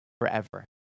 forever